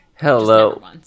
hello